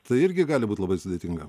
tai irgi gali būt labai sudėtinga